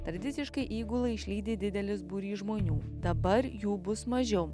tradiciškai įgulą išlydi didelis būrys žmonių dabar jų bus mažiau